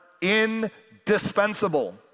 indispensable